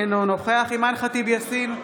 אינו נוכח אימאן ח'טיב יאסין,